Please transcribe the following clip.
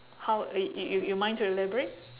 how you you you you you mind to elaborate